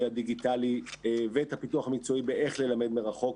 הדיגיטלי ואת הפיתוח המקצועי באיך ללמד מרחוק.